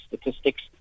statistics